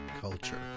culture